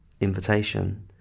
invitation